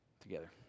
together